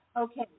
Okay